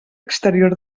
exterior